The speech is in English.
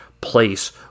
place